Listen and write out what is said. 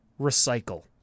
Recycle